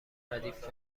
ردیف